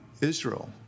Israel